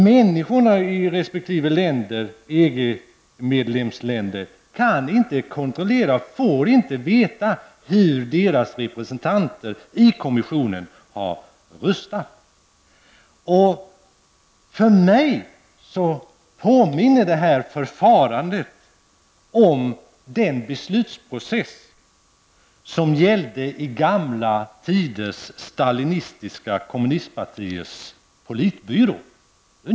Människorna i resp. EG-länder kan inte kontrollera och får inte veta hur deras representanter i kommissionen har röstat. För mig påminner detta förfarande om den beslutsprocess som gällde i gamla tiders stalinistiska kommunistpartiers politbyrå.